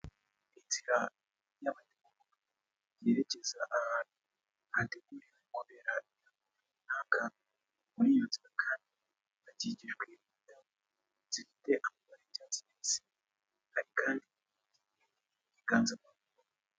Inzira y'amateka yerekeza ahantu hateguriwe kubera ibirori runaka, muri iyo nzira kandi hakikijwe indabo zifite amabara y'icyatsi, hari kandi ibiti by'inganzamarumbo .